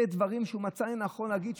אלה דברים שהוא מצא לנכון להגיד,